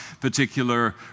particular